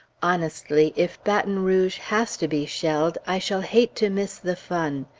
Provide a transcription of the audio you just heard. honestly, if baton rouge has to be shelled, i shall hate to miss the fun.